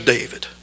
David